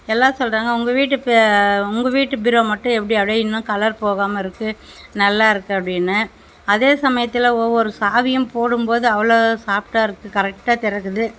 எல்லாேரும் சொல்கிறாங்க உங்கள் வீட்டு உங்கள் வீட்டு பீரோ மட்டும் எப்படி அதே இன்னும் கலர் போகாமல் இருக்குது நல்லாயிருக்கு அப்படின்னு அதே சமயத்தில் ஒவ்வொரு சாவியும் போடும்போது அவ்வளோ சாஃப்ட்டாக இருக்குது கரெக்டாக திறக்குது